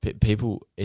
people